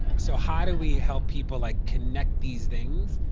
so how do we help people like connect these things?